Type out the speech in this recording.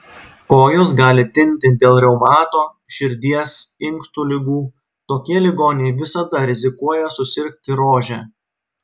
kojos gali tinti dėl reumato širdies inkstų ligų tokie ligoniai visada rizikuoja susirgti rože